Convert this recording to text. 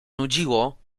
nudziło